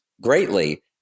greatly